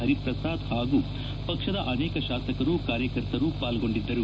ಪರಿಪ್ರಸಾದ್ ಹಾಗೂ ಪಕ್ಷದ ಅನೇಕ ಶಾಸಕರು ಕಾರ್ಯಕರ್ತರು ಪಾಲ್ಗೊಂಡಿದ್ದರು